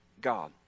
God